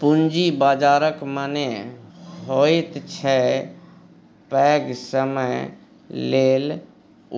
पूंजी बाजारक मने होइत छै पैघ समय लेल